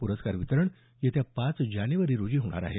प्रस्कार वितरण येत्या पाच जानेवारी रोजी होणार आहे